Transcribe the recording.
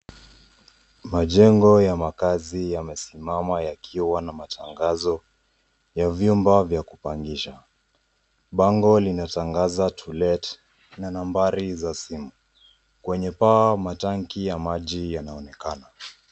Majengo ya makazi yamesimama yakiwa na matangazo ya vyumba vya kupangisha. Bango linatangaza to let na nambari za simu. Kwenye paa, matanki ya maji yanaonekana.